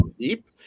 Deep